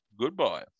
Goodbye